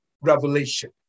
revelation